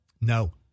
No